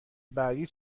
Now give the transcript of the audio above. بعدی